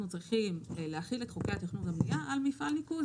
צריכים להחיל את חוקי התכנון והבנייה על מפעל ניקוז